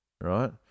right